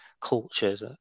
cultures